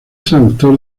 traductor